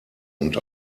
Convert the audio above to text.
und